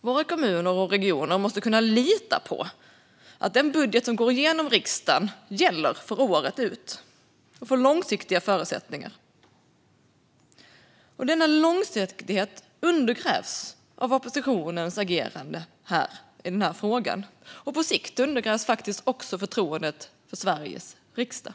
Våra kommuner och regioner måste kunna lita på att den budget som går igenom i riksdagen gäller året ut och att de har långsiktiga förutsättningar. Denna långsiktighet undergrävs av oppositionens agerande i den här frågan, och på sikt undergrävs faktiskt även förtroendet för Sveriges riksdag.